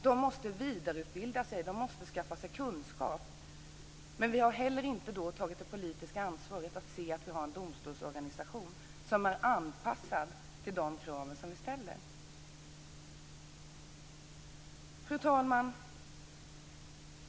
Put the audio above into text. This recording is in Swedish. De måste vidareutbilda sig. De måste skaffa sig kunskap. Men vi har inte tagit det politiska ansvaret och sett till att vi har en domstolsorganisation som är anpassad till de krav som vi ställer. Fru talman!